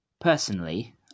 Personally